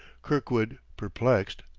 kirkwood, perplexed,